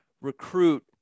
recruit